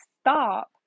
stop